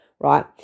right